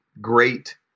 great